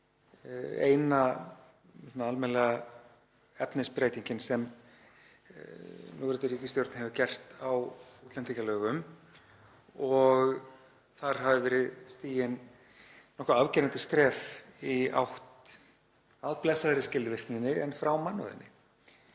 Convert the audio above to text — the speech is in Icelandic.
eina almennilega efnisbreytingin sem núverandi ríkisstjórn hefur gert á útlendingalögum og þar hafi verið stigin afgerandi skref í átt að blessaðri skilvirkninni en frá mannúðinni.